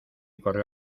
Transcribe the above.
corrió